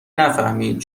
نفهمید